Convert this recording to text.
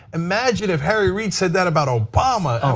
imagine if harry reid said that about obama.